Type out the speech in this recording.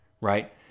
right